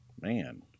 man